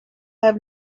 have